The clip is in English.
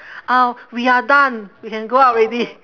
ah we are done we can go out already